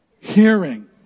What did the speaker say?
Hearing